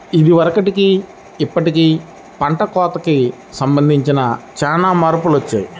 ఇదివరకటికి ఇప్పుడుకి పంట కోతకి సంబంధించి చానా మార్పులొచ్చాయ్